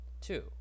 Two